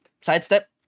sidestep